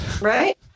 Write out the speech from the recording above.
Right